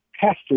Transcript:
pastor